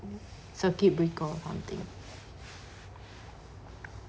circuit breaker or something